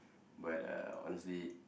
but uh honestly